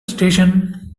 station